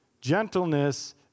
Gentleness